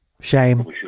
Shame